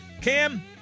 Cam